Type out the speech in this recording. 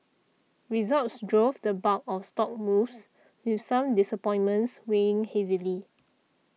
results drove the bulk of stock moves with some disappointments weighing heavily